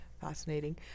fascinating